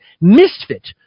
misfit